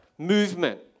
movement